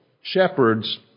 shepherds